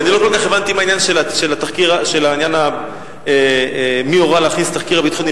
אני לא כל כך הבנתי מה העניין של העניין מי הורה להכניס תחקיר ביטחוני,